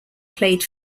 played